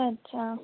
अच्छा